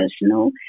personal